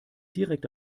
direkt